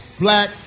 black